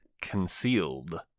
concealed